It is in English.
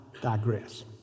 digress